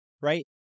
Right